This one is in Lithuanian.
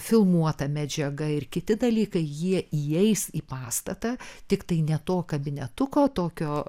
filmuota medžiaga ir kiti dalykai jie įeis į pastatą tiktai ne to kabinetuko tokio